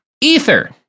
Ether